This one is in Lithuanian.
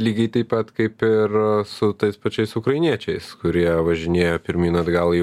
lygiai taip pat kaip ir su tais pačiais ukrainiečiais kurie važinėja pirmyn atgal į